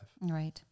Right